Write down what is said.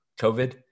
COVID